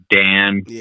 Dan